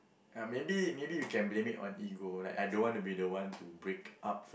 ah maybe maybe you can blame it on ego like I don't want to be the one to break up